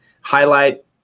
highlight